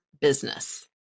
business